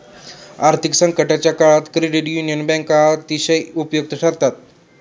आर्थिक संकटाच्या काळात क्रेडिट युनियन बँका अतिशय उपयुक्त ठरतात